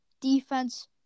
defense